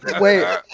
wait